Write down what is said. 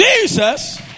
Jesus